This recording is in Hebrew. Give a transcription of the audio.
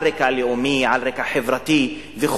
על רקע לאומי, על רקע חברתי וכו',